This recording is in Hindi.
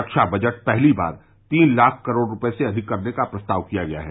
रक्षा बजट पहली बार तीन लाख करोड़ रूपये से अधिक करने का प्रस्ताव किया गया है